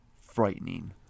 frightening